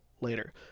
later